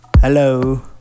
Hello